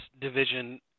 division